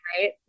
right